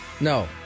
no